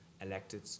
elected